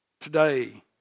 Today